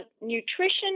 nutrition